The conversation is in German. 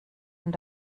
und